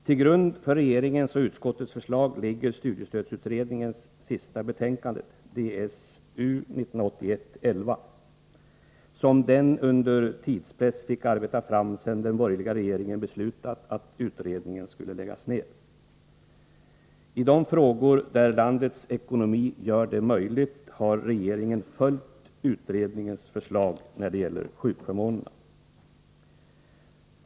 Till grund för regeringens och utskottets förslag ligger studiestödsutredningens sista betänkande, Ds U 1981:11, som utredningen under tidspress fick arbeta fram sedan den borgerliga regeringen beslutat att utredningen skulle läggas ned. I de frågor där landets ekonomi gör det möjligt har regeringen följt utredningens förslag när det gäller sjukförmånerna.